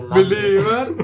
Believer